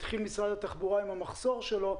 משרד התחבורה דיבר על המחסור שלו.